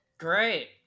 great